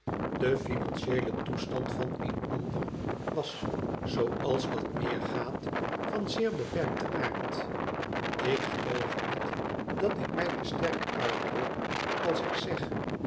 de finandeele toestand van eenander was zooals dat meer gaat vau zeer beperkten aard ik geloof niet dat ik mij te sterk uitdruk ds ik zeg